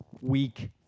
week